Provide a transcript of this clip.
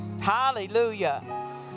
hallelujah